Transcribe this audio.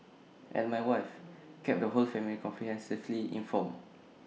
and my wife kept the whole family comprehensively informed